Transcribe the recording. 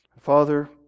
Father